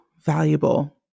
valuable